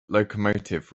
locomotive